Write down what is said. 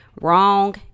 Wrong